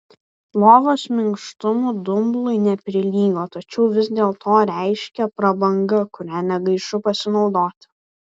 lovos minkštumu dumblui neprilygo tačiau vis dėlto reiškė prabangą kuria negaišau pasinaudoti